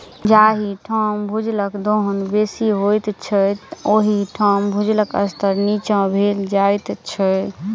जाहि ठाम भूजलक दोहन बेसी होइत छै, ओहि ठाम भूजलक स्तर नीचाँ भेल जाइत छै